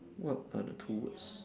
what are the two words